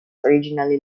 originally